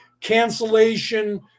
Cancellation